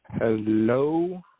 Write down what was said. Hello